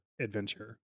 adventure